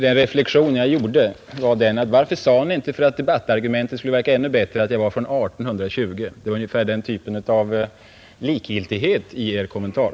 Den reflexion jag gjorde var den här: Varför sade Ni inte, för att debattinlägget skulle verka ännu bättre, att jag var från 1820? Det var ungefär det slaget av likgiltighet som präglade Er kommentar.